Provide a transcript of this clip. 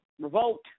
revolt